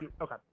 Okay